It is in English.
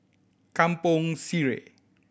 Kampong Sireh